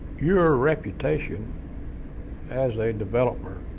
your reputation as a developer